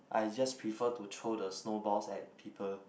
I just prefer to throw the snowballs at people